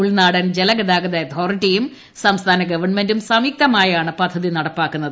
ഉൾനാടൻ ജലഗതാഗത അതോറിറ്റിയും സംസ്ഥാന ഗവൺമെൻറും സംയുക്തമായാണ് പദ്ധതി നടപ്പാക്കുന്നത്